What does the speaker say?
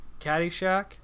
Caddyshack